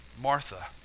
Martha